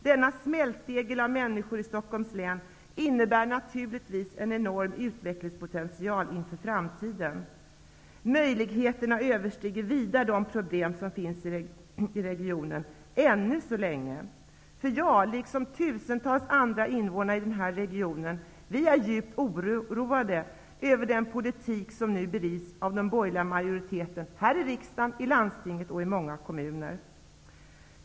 Denna smältdegel av människor i Stockholms län innebär naturligtvis en enorm utvecklingspotential inför framtiden. Möjligheterna överstiger vida de problem som finns i regionen, än så länge. Jag, liksom tusentals andra invånare i den här regionen, är djupt oroade över den politik som nu bedrivs av den borgerliga majoriteten här i riksdagen, i landstinget och i många kommuner.